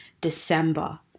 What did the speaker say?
december